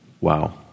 Wow